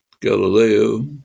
Galileo